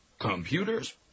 computers